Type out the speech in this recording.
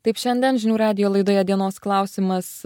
taip šiandien žinių radijo laidoje dienos klausimas